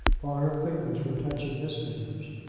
while her fingers were touching his fingers,